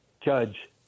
judge